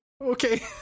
Okay